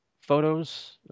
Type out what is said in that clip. photos